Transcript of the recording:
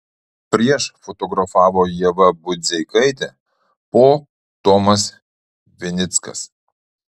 prieš fotografavo ieva budzeikaitė po tomas vinickas